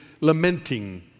lamenting